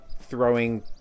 throwing